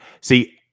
See